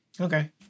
Okay